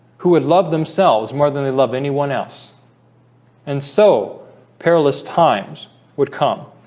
who would love themselves more than they love anyone else and so perilous times would come